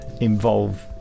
involve